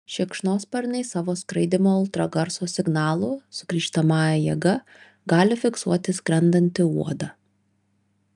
šikšnosparniai savo skraidymo ultragarso signalų sugrįžtamąja jėga gali fiksuoti skrendantį uodą